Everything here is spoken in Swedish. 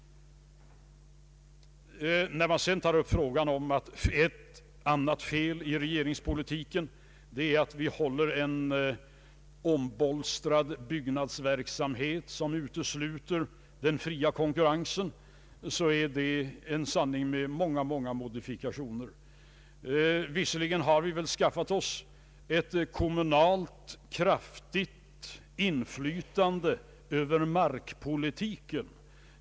När man sedan tar upp som ett annat påstått fel i regeringens politik, att vi håller en ombolstrad byggnadsverksamhet som utesluter den fria konkurrensen, så är det en sanning med många, många modifikationer. Visserligen har vi skaffat oss ett kommunalt kraftigt inflytande över markpolitiken.